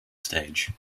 stage